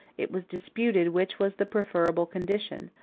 it was disputed which was the preferable condition,